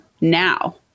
now